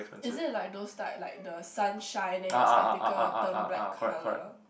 is it like those type like the sunshine then your spectacle turn black colour